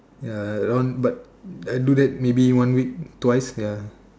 ya that one but I do that maybe one week twice ya